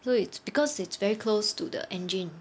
so it's because it's very close to the engine